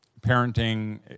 parenting